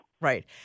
Right